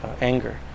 anger